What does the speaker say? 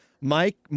Mike